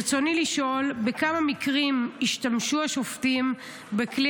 ברצוני לשאול: בכמה מקרים השתמשו השופטים בכלי